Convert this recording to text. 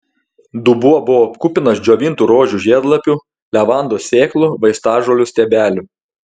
dubuo buvo kupinas džiovintų rožių žiedlapių levandos sėklų vaistažolių stiebelių